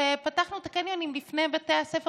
פתחנו את הקניונים לפני בתי הספר,